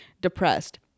depressed